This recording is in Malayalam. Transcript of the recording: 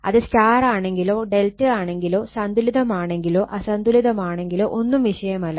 അത് സ്റ്റാർ ആണെങ്കിലോ ഡെൽറ്റ ആണെങ്കിലോ സന്തുലിതമാണെങ്കിലോ അസന്തുലിതമാണെങ്കിലോ ഒന്നും വിഷയമല്ല